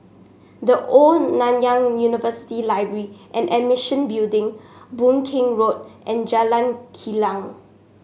The Old Nanyang University Library and Building Boon King Road and Jalan Kilang